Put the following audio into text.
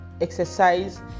exercise